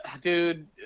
dude